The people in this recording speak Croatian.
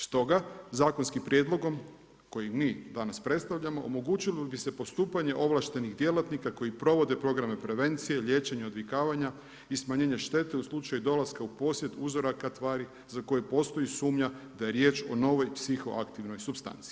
Stoga, zakonskim prijedlogom koji mi danas predstavljamo, omogućilo bi se postupanje ovlaštenih djelatnika koji provode programe prevencije, liječenje odvikavanja i smanjenje štete u slučaju dolaska u posjed uzoraka tvari za koje postoji sumnja da je riječ o novoj psihoaktivnoj supstanci.